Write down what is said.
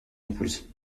épouse